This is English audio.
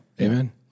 Amen